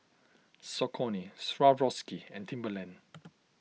Saucony Swarovski and Timberland